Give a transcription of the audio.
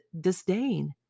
disdain